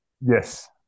Yes